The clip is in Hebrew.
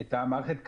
את המערכת קדימה.